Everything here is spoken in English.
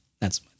that's-